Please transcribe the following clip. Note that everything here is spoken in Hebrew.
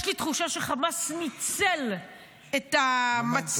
יש לי תחושה שחמאס ניצל את -- המומנטום.